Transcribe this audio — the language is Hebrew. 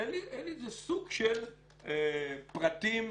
זה סוג של פרטים,